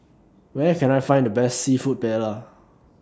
Where Can I Find The Best Seafood Paella